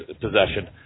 possession